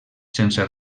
sense